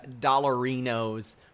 dollarinos